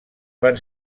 van